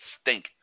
stink